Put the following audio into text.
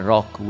Rock